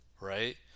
right